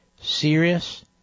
serious